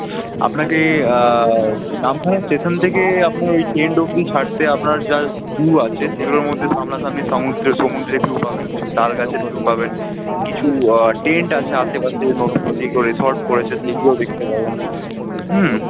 আপনাকে নামখানা স্টেশন থেকে আপনার ঐ টেন্টে অবধি ছাড়তে আপনার যায় ভিউ আছে সেগুলোর মধ্যে সামনাসামনি সমুদ্র সমুদ্রের ভিউ পাবেন কিছু তালগাছের ভিউ পাবেন কিছু টেন্ট আছে আশেপাশে নতুন যেগুলো রিসর্ট করেছে সেইগুলোও দেখতে পাবেন হুম